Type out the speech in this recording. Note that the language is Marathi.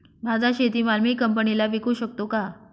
माझा शेतीमाल मी कंपनीला विकू शकतो का?